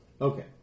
Okay